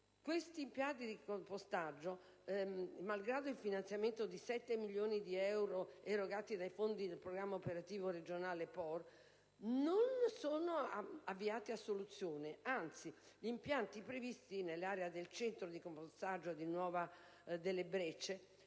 Questa situazione, malgrado il finanziamento di 7 milioni di euro erogato dai fondi del Programma operativo regionale (POR), non è avviata a soluzione, anzi, gli impianti previsti nell'area del centro di compostaggio di via